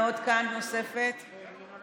התשפ"א 2021,